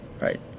right